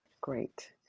Great